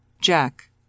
Jack